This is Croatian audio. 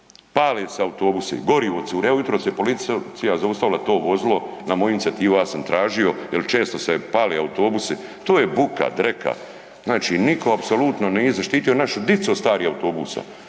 Pale se autobusi, gorivo curi, evo jutros je policija zaustavila to vozilo, na moju inicijativu, ja sam tražio jer često se pale autobusi, to je buka, dreka, znači nitko apsolutno nije zaštitio našu dicu od starijih autobusa.